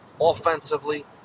Offensively